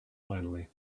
finally